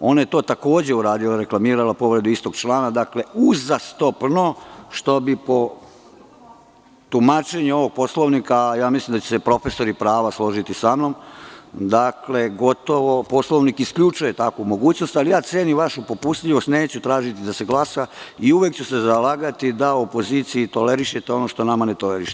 ona je to takođe uradila, reklamirala povredu istog člana, uzastopno, što bi po tumačenju ovog Poslovnika, a ja mislim da će se profesori prava složiti sa mnom, jer gotovo Poslovnik isključuje takvu mogućnost, ali ja cenim vašu popustljivost i neću tražiti da se glasa i uvek ću se zalagati da opoziciji tolerišete ono što nama ne tolerišete.